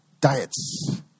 diets